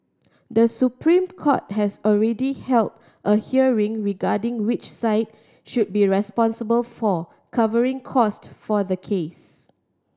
The Supreme Court has already held a hearing regarding which side should be responsible for covering cost for the case